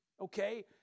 okay